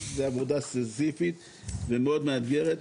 זו עבודה סיזיפית ומאוד מאתגרת.